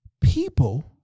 people